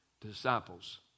disciples